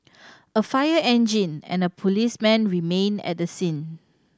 a fire engine and a policeman remained at the scene